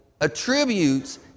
attributes